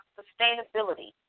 sustainability